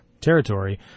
territory